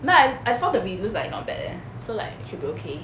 but I saw the reviews like not bad eh so like should be okay